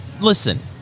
Listen